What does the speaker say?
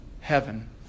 Heaven